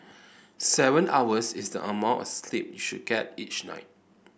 seven hours is the amount of sleep you should get each night